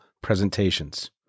presentations